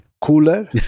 cooler